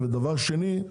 דבר שני,